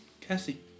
Cassie